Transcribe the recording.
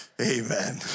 Amen